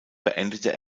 beendete